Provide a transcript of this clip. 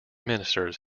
ministers